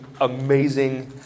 amazing